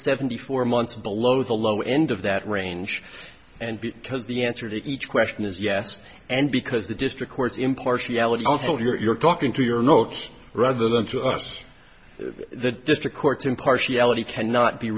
seventy four months below the low end of that range and because the answer to each question is yes and because the district court's impartiality i don't know you're talking to your notes rather than to us the district court's impartiality cannot be